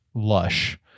lush